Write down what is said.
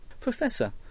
Professor